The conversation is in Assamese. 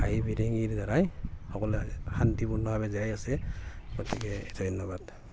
হাঁহি ৰিৰিঙিৰ দ্বাৰাই সকলোৱে শান্তিপূৰ্ণভাৱে জীয়াই আছে গতিকে ধন্যবাদ